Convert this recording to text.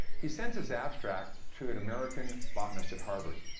he sends his abstract to an american botanist at harvard,